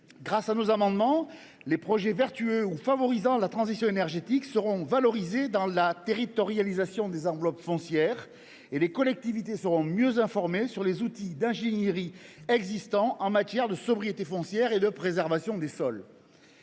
Grâce à nos amendements, les projets vertueux ou favorisant la transition énergétique seront valorisés dans la territorialisation des enveloppes foncières, et les collectivités seront mieux informées sur les outils d’ingénierie existants en matière de sobriété foncière et de préservation des sols.